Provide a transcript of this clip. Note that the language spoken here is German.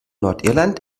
nordirland